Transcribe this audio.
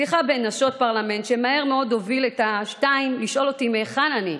שיחה בין נשות פרלמנט שמהר מאוד הובילה את השתיים לשאול אותי מהיכן אני.